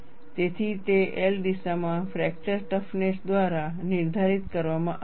તેથી તે L દિશામાં ફ્રેક્ચર ટફનેસ દ્વારા નિર્ધારિત કરવામાં આવશે